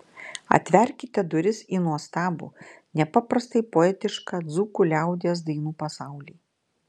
atverkite duris į nuostabų nepaprastai poetišką dzūkų liaudies dainų pasaulį